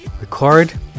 record